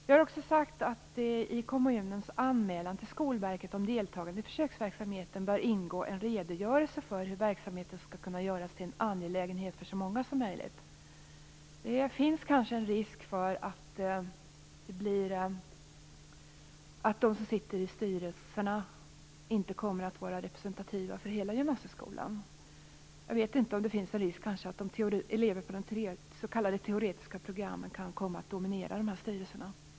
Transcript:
Vi har också sagt att det i kommunens anmälan till Skolverket om deltagande i försöksverksamheten bör ingå en redogörelse för hur verksamheten skall kunna göras till en angelägenhet för så många som möjligt. Det finns kanske en risk för att de som sitter i styrelserna inte kommer att vara representativa för hela gymnasieskolan. Jag vet inte om det finns en risk för att eleverna på de s.k. teoretiska programmen kan komma att dominera styrelserna.